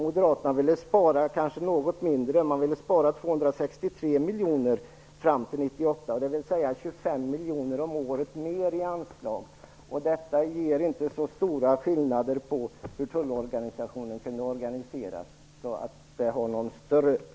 Moderaterna ville kanske spara något mindre, 263 miljoner fram till 1998, dvs. 25 miljoner om året mer i anslag. Detta ger inte så stora skillnader i tullens organisation att det har någon större betydelse.